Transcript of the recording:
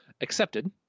accepted